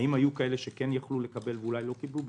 האם היו כאלה שהיו יכולים לקבל ואולי לא קיבלו?